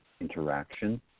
interaction